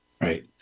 Right